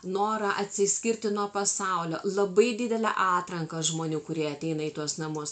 norą atsiskirti nuo pasaulio labai didelę atranką žmonių kurie ateina į tuos namus